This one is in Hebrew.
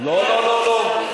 לא לא לא,